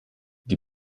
die